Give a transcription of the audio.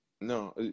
No